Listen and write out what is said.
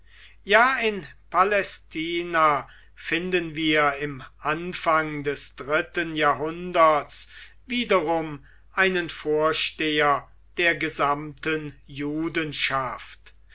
ja in palästina finden wir im anfang des dritten jahrhunderts wiederum einen vorsteher der gesamten